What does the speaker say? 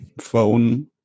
phone